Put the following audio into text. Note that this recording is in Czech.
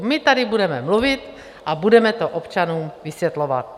My tady budeme mluvit a budeme to občanům vysvětlovat.